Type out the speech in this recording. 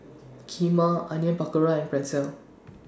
Kheema Onion Pakora and Pretzel